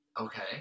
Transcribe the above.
Okay